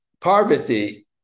Parvati